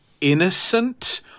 innocent